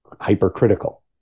hypercritical